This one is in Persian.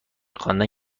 خواندن